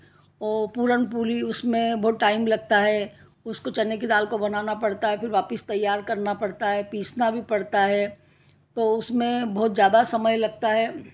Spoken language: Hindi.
और पूरनपोली उसमें बहुत टाइम लगता है उसको चने की दाल को बनाना पड़ता है फिर वापस तैयार करना पड़ता है पीसना भी पड़ता है तो उसमें बहुत ज़्यादा समय लगता है